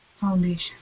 foundation